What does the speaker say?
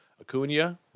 Acuna